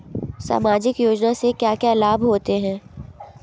सामाजिक योजना से क्या क्या लाभ होते हैं?